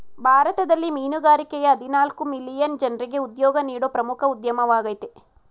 ಭಾರತದಲ್ಲಿ ಮೀನುಗಾರಿಕೆಯ ಹದಿನಾಲ್ಕು ಮಿಲಿಯನ್ ಜನ್ರಿಗೆ ಉದ್ಯೋಗ ನೀಡೋ ಪ್ರಮುಖ ಉದ್ಯಮವಾಗಯ್ತೆ